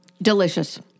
Delicious